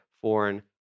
foreign